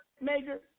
Major